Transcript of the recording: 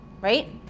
right